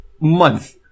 month